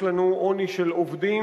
יש לנו עוני של עובדים.